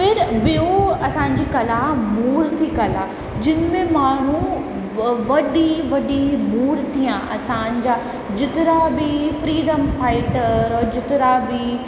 फिर ॿियो असांजी कला मुर्ति कला जिनि में माण्हू व वॾी वॾी मुर्तिया असांजा जेतिरा बि फ्रीडम फाइटर और जेतिरा बि